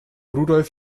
rudolf